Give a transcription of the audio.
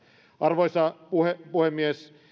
arvoisa puhemies puhemies